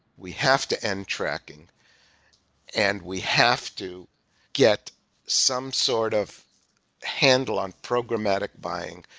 we have to end tracking and we have to get some sort of handle on programmatic buying,